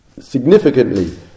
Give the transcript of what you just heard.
significantly